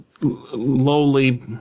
lowly